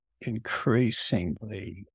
increasingly